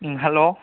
ꯎꯝ hello